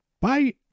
Bye